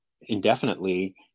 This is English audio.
indefinitely